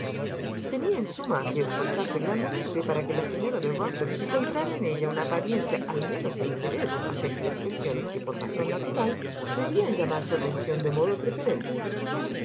en suma que esforzarse grandemente para que la señora de rusell encontrara en ella una apariencia al menos de interés hacia aquellas cuesti tiones que por razón natural debían llamar su atención de modo preferente